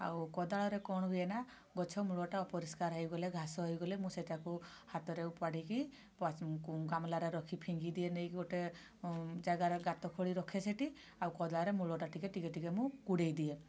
ଆଉ କୋଦାଳରେ କ'ଣ ହୁଏନା ଗଛ ମୂଳଟା ଅପରିଷ୍କାର ହୋଇଗଲେ ଘାସ ହୋଇଗଲେ ମୁଁ ସେଇଟାକୁ ହାତରେ ଓପାଡ଼ିକି ଗାମଲାରେ ରଖିକି ନେଇକି ଫିଙ୍ଗି ଦିଏ ଗୋଟେ ଜାଗାରେ ଗାତ ଖୋଳି ରଖେ ସେଠି ଆଉ କୋଦାଳରେ ମୂଳଟା ଟିକେ ଟିକେ କୁଢ଼େଇ ଦିଏ